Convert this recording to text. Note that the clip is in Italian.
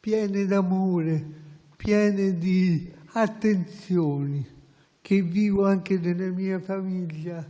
piene d'amore, piene di attenzioni, che vivo anche nella mia famiglia